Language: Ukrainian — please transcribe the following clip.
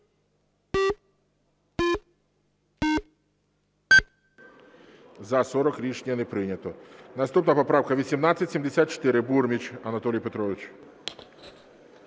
За-40 Рішення не прийнято. Наступна поправка 1874. Бурміч Анатолій Петрович.